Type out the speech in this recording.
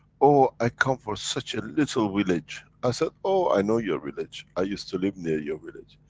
oh i come from such a little village, i said oh i know your village, i used to live near your village,